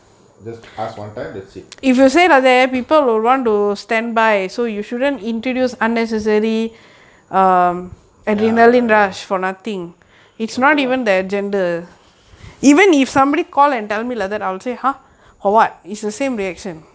just ask one time that's it ya ya okay lah